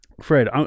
Fred